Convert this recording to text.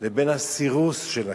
לבין הסירוס של הכלב.